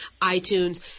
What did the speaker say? iTunes